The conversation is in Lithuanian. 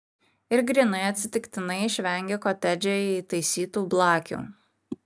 ir grynai atsitiktinai išvengė kotedže įtaisytų blakių